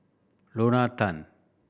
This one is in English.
Lorna Tan